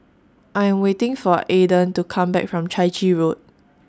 I'm waiting For Aidan to Come Back from Chai Chee Road